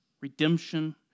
redemption